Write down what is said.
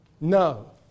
No